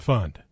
Fund